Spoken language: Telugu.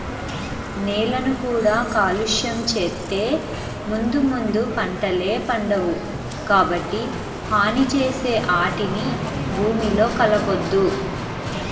నేలని కూడా కాలుష్యం చేత్తే ముందు ముందు పంటలే పండవు, కాబట్టి హాని చేసే ఆటిని భూమిలో కలపొద్దు